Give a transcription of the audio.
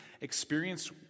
Experience